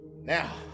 Now